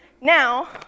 Now